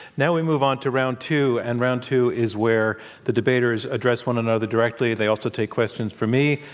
now, we move on to round two, and round two is where the debaters address one another directly. they also take questions from me,